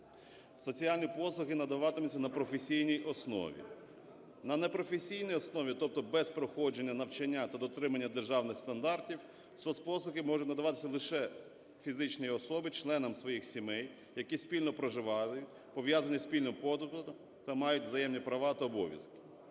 Соціальні послуги надаватимуться на професійній основі. На непрофесійній основі, тобто без проходження навчання та дотримання державних стандартів, соцпослуги можуть надаватися лише фізичній особі, членам своїх сімей, які спільно проживають, пов'язані спільним побутом та мають взаємні права та обов'язки.